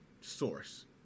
source